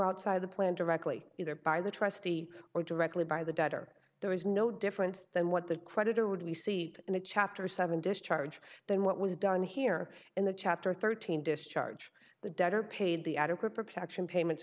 outside the plan directly either by the trustee or directly by the debtor there is no difference than what the creditor would we see in a chapter seven discharge than what was done here in the chapter thirteen discharge the debtor paid the adequate protection payments